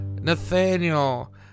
Nathaniel